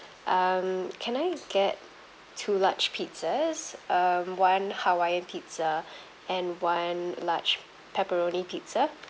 um can I get two large pizzas um one hawaiian pizza and one large pepperoni pizza